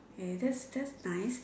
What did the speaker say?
okay that's that's nice